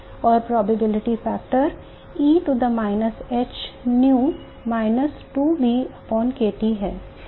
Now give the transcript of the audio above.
और probability factor e to the minus h nu minus 2BkT है